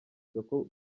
isoko